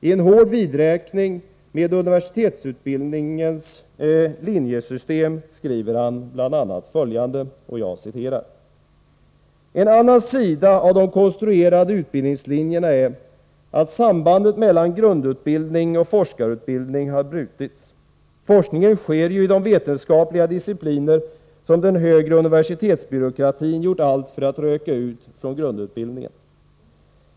I en hård vidräkning med universitetsutbildningens linjesystem skriver han bl.a. följande: ”En annan sida av de konstruerade utbildningslinjerna är att sambandet mellan grundutbildning och forskarutbildning har brutits. Forskningen sker ju i de vetenskapliga discipliner som den högre universitetsbyråkratin gjort allt för att röka ut från grundutbildningen.